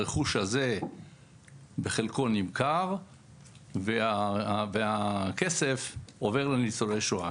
הרכוש הזה בחלקו נמכר והכסף עובר לניצולי שואה,